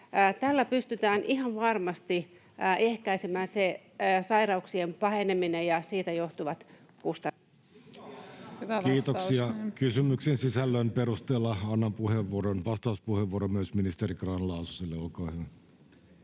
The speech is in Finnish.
Tällä pystytään ihan varmasti ehkäisemään se sairauksien paheneminen [Aki Lindén: Miksi viedään rahat?] ja siitä johtuvat kustannukset. Kiitoksia. — Kysymyksen sisällön perusteella annan vastauspuheenvuoron myös ministeri Grahn-Laasoselle.